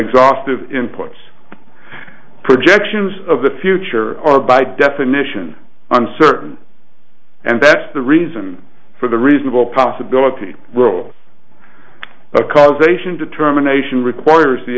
exhaustive inputs projections of the future are by definition uncertain and that's the reason for the reasonable possibility of causation determination requires the